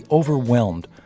overwhelmed